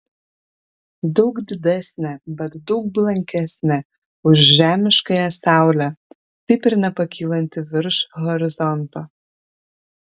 daug didesnė bet daug blankesnė už žemiškąją saulę taip ir nepakylanti virš horizonto